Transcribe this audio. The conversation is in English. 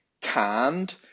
canned